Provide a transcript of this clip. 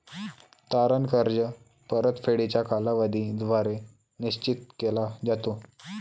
तारण कर्ज परतफेडीचा कालावधी द्वारे निश्चित केला जातो